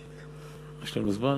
יש לנו זמן?